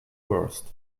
worst